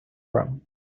from